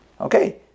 Okay